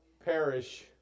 perish